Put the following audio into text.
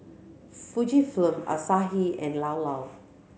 Fujifilm Asahi and Llao Llao